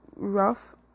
rough